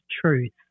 truth